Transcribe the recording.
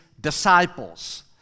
disciples